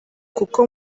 kuko